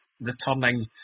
returning